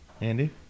Andy